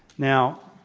now,